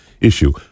issue